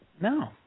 No